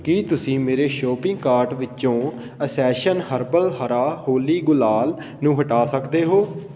ਕੀ ਤੁਸੀਂ ਮੇਰੇ shopping cart ਵਿੱਚੋ ਅਸੈਂਸ਼ਨ ਹਰਬਲ ਹਰਾ ਹੋਲੀ ਗੁਲਾਲ ਨੂੰ ਹਟਾ ਸਕਦੇ ਹੋ